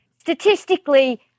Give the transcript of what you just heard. statistically